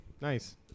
nice